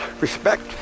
respect